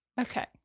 Okay